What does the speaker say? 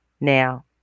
now